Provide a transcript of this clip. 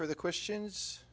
for the questions